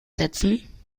setzen